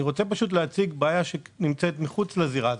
אני רוצה להציג בעיה שנמצאת מחוץ לזירה הזאת.